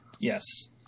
Yes